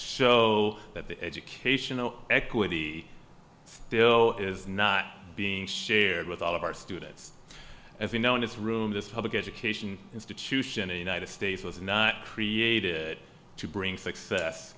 show that the educational equity still is not being shared with all of our students as you know in this room this public education institution in united states was not created to bring success